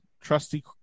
trusty